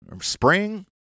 Spring